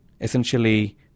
essentially